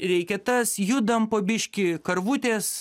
reikia tas judam po biškį karvutės